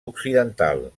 occidental